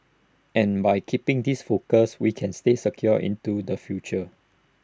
and by keeping this focus we can stay secure into the future